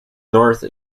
north